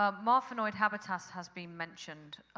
ah marfanoid habitus has been mentioned.